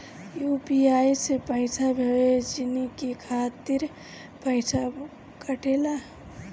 UPI से पइसा भेजने के खातिर पईसा कटेला?